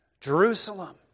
Jerusalem